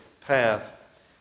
path